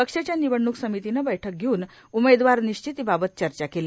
पक्षाच्या निवडणूक समितीनं बैठक घेऊन उमेदवार निश्चितीबाबत चर्चा केली